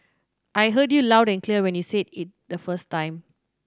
I heard you loud and clear when you said it the first time